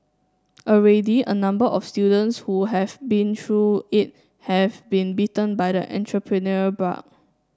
already a number of students who have been through it have been bitten by the entrepreneurial bug